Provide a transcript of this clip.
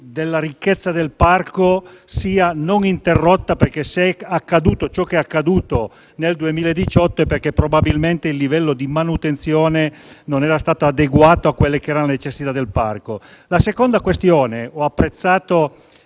della ricchezza del parco non sia interrotta perché, se è accaduto ciò che è accaduto nel 2018, è perché probabilmente il livello di manutenzione non era stato adeguato alle necessità del parco. La seconda questione è la